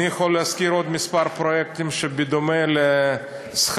אני יכול להזכיר עוד כמה פרויקטים שבדומה לשכר-דירה